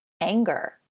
anger